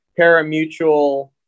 paramutual